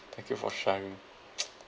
thank you for sharing